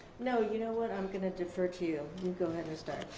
know you know what? i'm gonna defer to you. you go ahead and start.